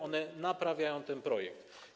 One naprawiają ten projekt.